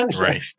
Right